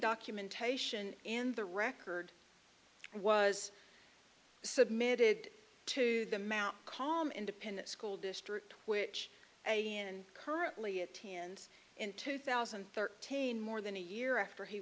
documentation in the record was submitted to the mt com independent school district which a and currently at hands in two thousand and thirteen more than a year after he